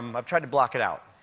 um i've tried to block it out.